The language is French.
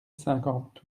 cinquante